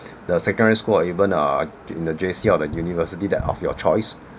the secondary school or even uh in the J_C or a university that of your choice